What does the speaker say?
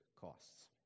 costs